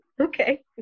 Okay